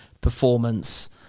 performance